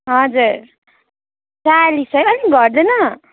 हजुर चासिल है अलिक घट्दैन